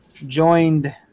Joined